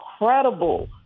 incredible